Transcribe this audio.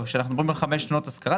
שכאשר אנחנו מדברים על חמש שנות השכרה,